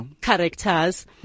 characters